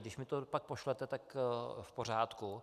Když mi to pak pošlete, tak v pořádku.